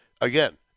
Again